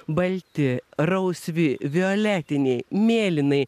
balti rausvi violetiniai mėlynai